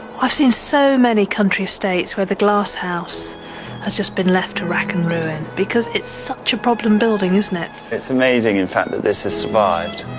i've seen so many country estates where the glasshouse has just been left to wrack and ruin because it's such a problem building, isn't it. it's amazing, in fact, that this has survived.